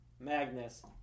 Magnus